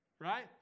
Right